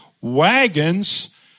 Wagons